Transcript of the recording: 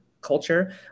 culture